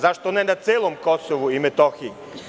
Zašto ne na celom Kosovu i Metohiji?